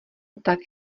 tak